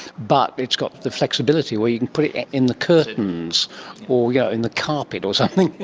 but it's got the flexibility where you can put it in the curtains or yeah in the carpet or something.